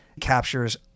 captures